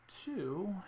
two